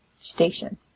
station